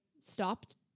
stopped